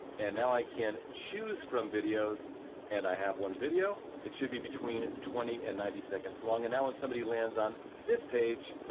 and now i can choose from videos and i have one video. it should be between twenty and ninety seconds long. and now when somebody lands on this page,